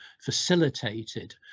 facilitated